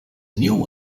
new